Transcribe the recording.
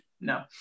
no